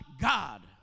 God